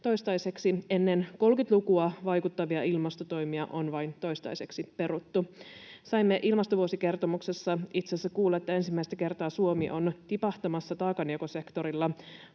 vuotta, ja ennen 30-lukua vaikuttavia ilmastotoimia on toistaiseksi vain peruttu. Saimme ilmastovuosikertomuksesta itse asiassa kuulla, että ensimmäistä kertaa Suomi on tipahtamassa taakanjakosektorilla